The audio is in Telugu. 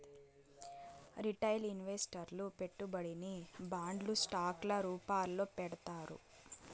రిటైల్ ఇన్వెస్టర్లు పెట్టుబడిని బాండ్లు స్టాక్ ల రూపాల్లో పెడతారు